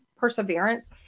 Perseverance